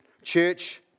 Church